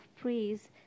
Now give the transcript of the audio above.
praise